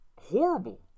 Horrible